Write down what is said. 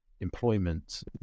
employment